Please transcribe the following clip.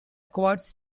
quartz